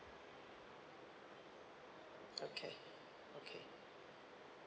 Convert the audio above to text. okay okay